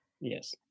yes